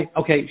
okay